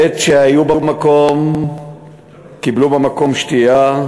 בעת שהיו במקום קיבלו במקום שתייה,